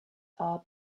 are